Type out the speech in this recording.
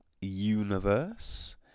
Universe